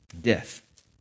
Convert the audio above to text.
death